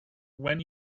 when